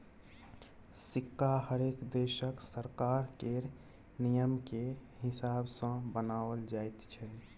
सिक्का हरेक देशक सरकार केर नियमकेँ हिसाब सँ बनाओल जाइत छै